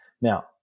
Now